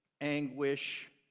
anguish